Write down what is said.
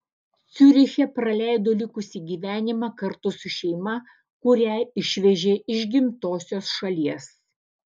ciuriche praleido likusį gyvenimą kartu su šeima kurią išvežė iš gimtosios šalies